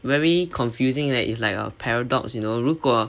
very confusing that it's like a paradox you know 如果